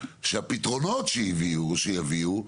שהפתרונות שהביאו או שיביאו,